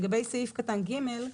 לגבי סעיף קטן (ג),